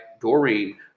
Doreen